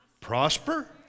prosper